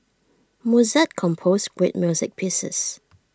Mozart composed great music pieces